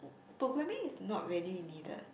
programming is not really needed